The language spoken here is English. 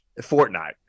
Fortnite